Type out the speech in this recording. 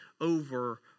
over